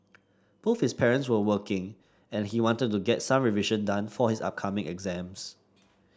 both his parents were working and he wanted to get some revision done for his upcoming exams